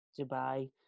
dubai